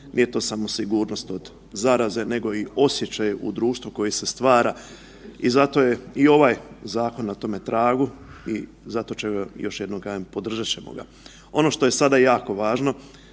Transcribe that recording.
Nije to samo sigurnost od zaraze nego i osjećaja u društvu koji se stvara i zato je i ovaj zakon na tome tragu i zato ćemo ga još jednom kažem podržat ćemo ga. Ono što je sada jako važno